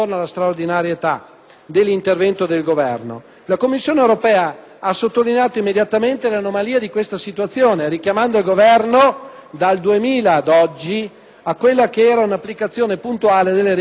del Governo - ha sottolineato immediatamente l'anomalia di questa situazione richiamando il Governo, dal 2000 ad oggi, ad un'applicazione puntuale delle regole di concorrenza.